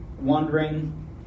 wondering